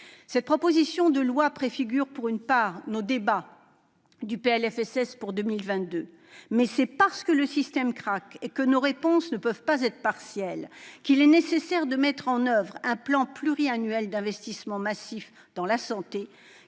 le projet de loi de financement de la sécurité sociale pour 2022, mais c'est parce que le système craque et que nos réponses ne peuvent pas être partielles qu'il est nécessaire de mettre un oeuvre un plan pluriannuel d'investissement massif dans la santé,